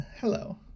Hello